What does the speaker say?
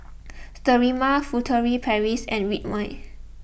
Sterimar Furtere Paris and Ridwind